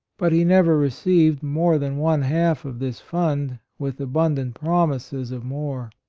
but he never received more than one-half of this fund with abundant promises of more.